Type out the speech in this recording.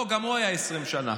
לא, הוא היה לפני 20 שנה,